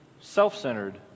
self-centered